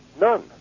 none